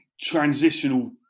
transitional